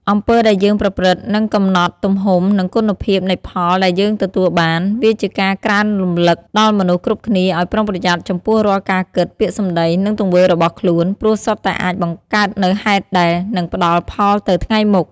អំពើដែលយើងប្រព្រឹត្ត នឹងកំណត់ទំហំ និងគុណភាពនៃផលដែលយើងទទួលបាន វាជាការក្រើនរំលឹកដល់មនុស្សគ្រប់គ្នាឲ្យប្រុងប្រយ័ត្នចំពោះរាល់ការគិត ពាក្យសម្តី និងទង្វើរបស់ខ្លួន ព្រោះសុទ្ធតែអាចបង្កើតនូវហេតុដែលនឹងផ្តល់ផលទៅថ្ងៃមុខ។